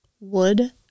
Wood